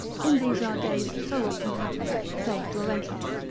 in these our days so often happening, saith laurentius,